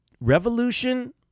Revolution